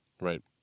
Right